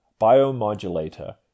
biomodulator